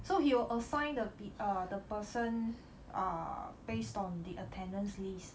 so he will assign the pe~ err the person err based on the attendance list